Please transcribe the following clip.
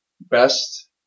best